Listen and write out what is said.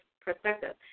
perspective